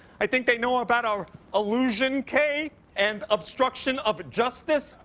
i think they know about our allusion-cay and obstruction of justice-jay.